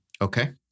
Okay